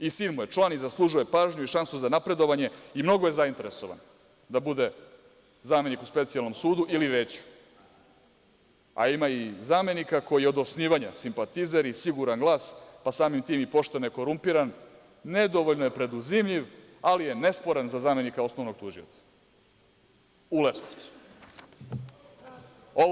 Sin mu je član, zaslužuje pažnju i šansu za napredovanje i mnogo je zainteresovan da bude zamenik u Specijalnom sudu ili veću, a ima i zamenika koji je od osnivanja simpatizer i siguran glas, pa samim tim, pošto je nekorumpiran, nedovoljno je preduzimljiv, ali je nesporan za zamenika osnovnog tužioca u Leskovcu.